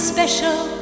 special